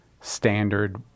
standard